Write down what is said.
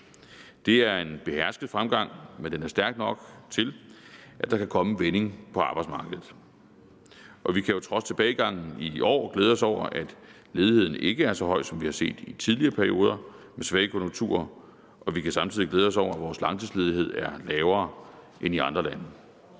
Det er en behersket fremgang, men den er stærk nok til, at der kan komme en vending på arbejdsmarkedet. Og vi kan jo trods tilbagegangen i år glæde os over, at ledigheden ikke er så høj, som vi har set i tidligere perioder med svage konjunkturer, og vi kan samtidig glæde os over, at vores langtidsledighed er lavere end i andre lande.